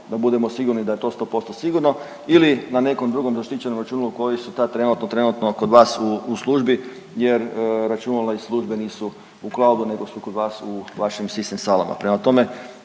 da budemo sigurni da je to 100% sigurno ili na nekom drugom zaštićenom računalu koji su sad trenutno, trenutno kod vas u, u službi jer računala iz službe nisu u cloudu nego su kod vas u vašim sistem salama.